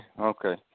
Okay